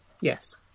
Yes